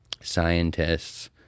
scientists